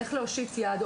איך להושיט יד.